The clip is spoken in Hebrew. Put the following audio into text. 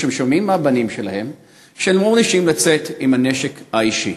משום שהם שומעים מהבנים שלהם שהם לא מורשים לצאת עם הנשק האישי.